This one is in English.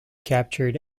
captured